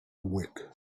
week